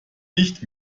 nicht